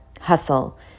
hustle